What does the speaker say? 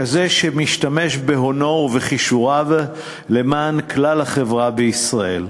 כזה שמשתמש בהונו ובכישוריו למען כלל החברה בישראל.